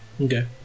Okay